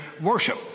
worship